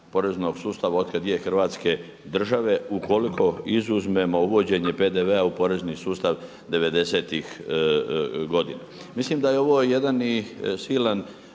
poreznog sustava od kad je Hrvatske države ukoliko izuzmemo uvođenje PDV-a u porezni sustav 90.tih godina. Mislim da je ovo jedan i silan